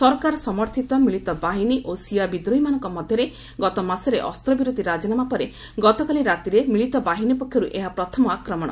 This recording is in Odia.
ସରକାର ସମର୍ଥତ ମିଳିତ ବାହିନୀ ଓ ସିଆ ବିଦ୍ରୋହୀମାନଙ୍କ ମଧ୍ୟରେ ଗତମାସରେ ଅସ୍ତ୍ରବିରତି ରାଜିନାମା ପରେ ଗତକାଲି ରାତିରେ ମିଳିତ ବାହିନୀ ପକ୍ଷର୍ ଏହା ପ୍ରଥମ ଆକ୍ରମଣ